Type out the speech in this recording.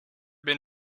been